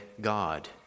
God